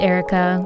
Erica